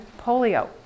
polio